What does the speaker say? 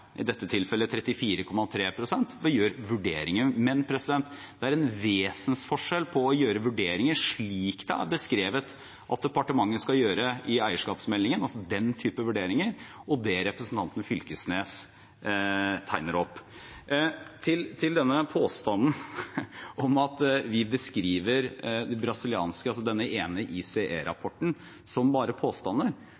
i dette tilfellet, 34,3 pst. Vi gjør vurderinger. Men det er en vesensforskjell på å gjøre vurderinger slik det er beskrevet at departementet skal gjøre i eierskapsmeldingen, altså den type vurderinger, og det representanten Knag Fylkesnes tegner opp. Til det at vi beskriver den brasilianske rapporten, altså denne ene